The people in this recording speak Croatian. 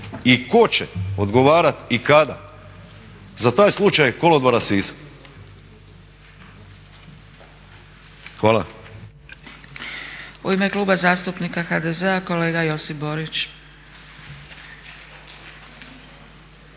i tko će odgovarati i kada za taj slučaj kolodvora Sisak? Hvala.